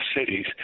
cities